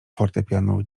fortepianu